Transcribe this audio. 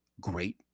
great